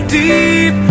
deep